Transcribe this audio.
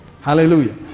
Hallelujah